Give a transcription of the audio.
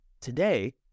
Today